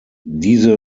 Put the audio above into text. diese